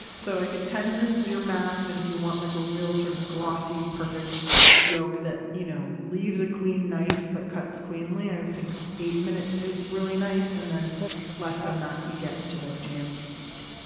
so i think ten minutes is your max, and if you want like a real sort of glossy, perfect yolk that you know leaves a clean knife but cuts cleanly, i think eight minutes is really nice, and then less than that you get into the jammy state